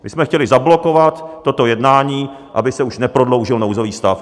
My jsme chtěli zablokovat toto jednání, aby se už neprodloužil nouzový stav.